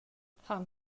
han